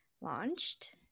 launched